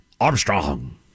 armstrong